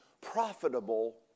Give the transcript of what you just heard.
profitable